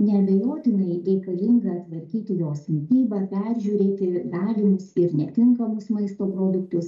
neabejotinai reikalinga tvarkyti jos mitybą peržiūrėti galimus ir netinkamus maisto produktus